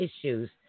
issues